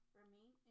remain